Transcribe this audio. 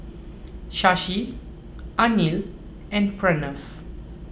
Shashi Anil and Pranav